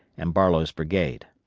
and barlow's brigade.